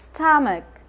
Stomach